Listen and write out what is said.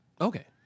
okay